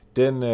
den